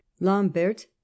lambert